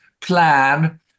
plan